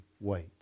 wait